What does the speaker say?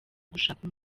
gushaka